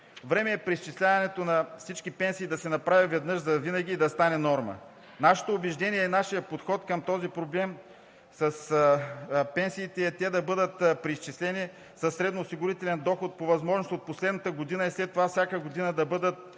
Време е преизчисляването на всички пенсии да се направи веднъж завинаги и да стане норма! Нашето убеждение и нашият подход към този проблем е пенсиите да бъдат преизчислени по възможност със средно-осигурителния доход от последната година и след това всяка година да бъдат